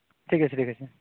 ᱴᱷᱤᱠ ᱟᱪᱷᱮ ᱴᱷᱤᱠ ᱟᱪᱷᱮ